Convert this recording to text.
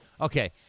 okay